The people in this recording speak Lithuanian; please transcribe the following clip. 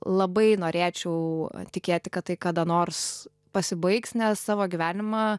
labai norėčiau tikėti kad tai kada nors pasibaigs nes savo gyvenimą